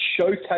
showcase